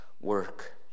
work